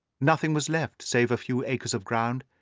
nothing was left save a few acres of ground,